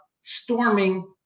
storming